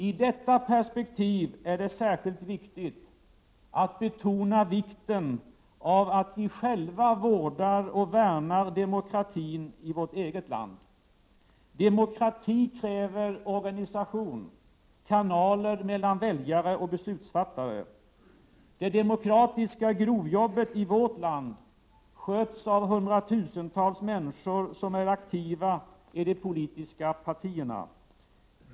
I detta perspektiv är det särskilt viktigt att betona vikten av att vi själva vårdar och värnar demokratin i vårt eget land. Demokrati kräver organisation — kanaler mellan väljare och beslutsfattare. Det demokratiska grovjobbet i vårt land sköts av hundratusentals människor, som är aktiva i de politiska partierna.